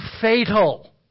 fatal